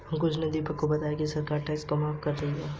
अंशु ने दीपक को बताया कि सरकार टैक्स को माफ कर रही है